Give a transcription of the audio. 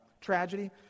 tragedy